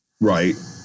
Right